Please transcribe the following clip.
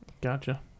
gotcha